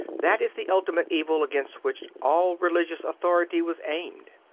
that is the ultimate evil against which all religious authority was aimed.